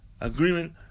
Agreement